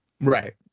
Right